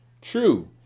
True